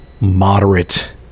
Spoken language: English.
moderate